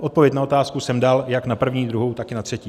Odpověď na otázku jsem dal, jak na první, druhou, tak i na třetí.